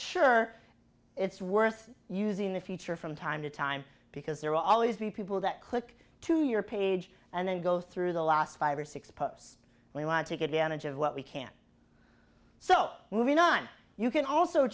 sure it's worth using the future from time to time because there will always be people that click to your page and then go through the last five or six posts they want to take advantage of what we can so moving on you can also